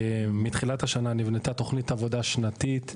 מתחילת השנה נבנתה תכנית עבודה שנתית מסודרת.